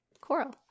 coral